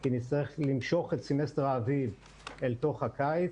כי נצטרך למשוך את סמסטר האביב אל תוך הקיץ.